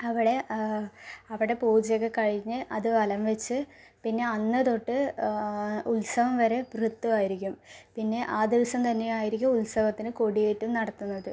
അവടെ അവിടെ പൂജയൊക്കെ കഴിഞ്ഞ് അത് വലം വച്ച് പിന്നെ അന്ന് തൊട്ട് ഉത്സവം വരെ വ്രതം ആയിരിക്കും പിന്നെ ആ ദിവസം തന്നെ ആയിരിക്കും ഉത്സവത്തിന് കോടിയേറ്റം നടത്തുന്നത്